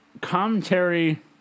commentary